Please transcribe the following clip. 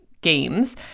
games